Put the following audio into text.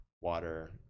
water